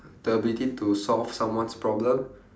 the ability to solve someone's problem